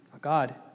God